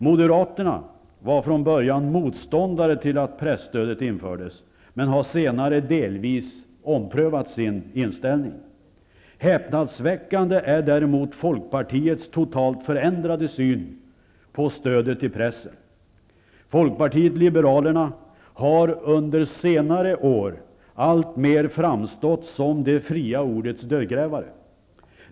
Moderaterna var från början motståndare till att presstödet infördes, men har senare delvis omprövat sin inställning. Häpnadsväckande är däremot Folkpartiets totalt förändrade syn på stödet till pressen. Folkpartiet liberalerna har under senare år alltmer framstått som det fria ordets dödgrävare.